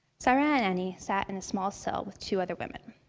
sayra and anie sat in a small cell with two other women.